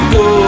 go